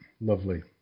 Lovely